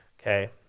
Okay